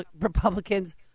Republicans